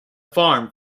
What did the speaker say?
farm